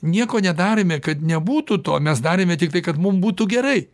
nieko nedarėme kad nebūtų to mes darėme tiktai kad mum būtų gerai